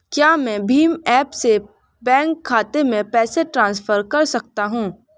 क्या मैं भीम ऐप से बैंक खाते में पैसे ट्रांसफर कर सकता हूँ?